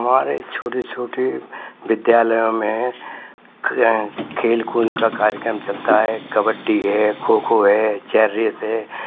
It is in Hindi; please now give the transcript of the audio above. हमारे छोटे छोटे विद्यालयों में क्रिया खेलकूद का कार्यक्रम चलता है कब्बडी है खो खो है चैरिस है